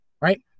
right